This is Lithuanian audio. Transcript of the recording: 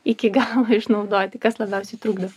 iki galo išnaudoti kas labiausiai trukdo